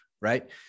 right